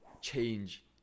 change